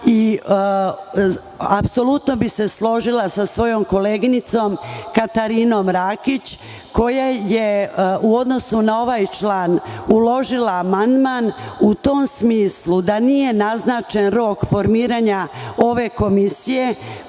Apsolutno bih se složila sa svojom koleginicom Katarinom Rakić koja je u odnosu na ovaj član uložila amandman u tom smislu da nije naznačen rok formiranja ove komisije